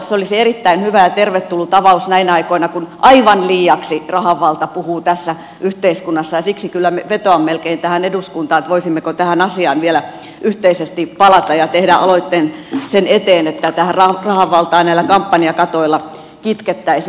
se olisi erittäin hyvä ja tervetullut avaus näinä aikoina kun aivan liiaksi rahan valta puhuu tässä yhteiskunnassa ja siksi kyllä vetoan melkein tähän eduskuntaan voisimmeko tähän asiaan vielä yhteisesti palata ja tehdä aloitteen sen eteen että tätä rahan valtaa näillä kampanjakatoilla kitkettäisiin